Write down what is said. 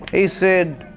he said,